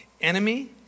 enemy